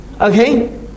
Okay